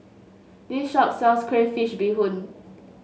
this shop sells Crayfish Beehoon